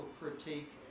critique